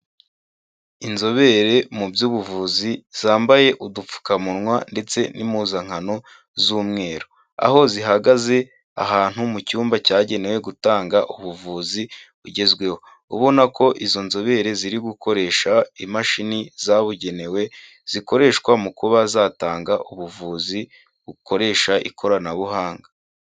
Inzobere mu by'ubuvuzi zambaye udupfukamunwa ndetse n'impuzankano z'umweru, aho zihagaze ahantu mu cyumba cyagenewe gutanga ubuvuzi bugezweho, ubona ko izo nzobere ziri gukoresha imashini zabugenewe zikoreshwa mu kuba zatanga ubuvuzi, bukoresha ikoranabuhanga.